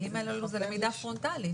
הכלים הללו זה למידה פרונטלית.